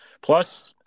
Plus